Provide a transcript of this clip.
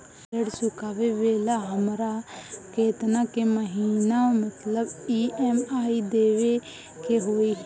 ऋण चुकावेला हमरा केतना के महीना मतलब ई.एम.आई देवे के होई?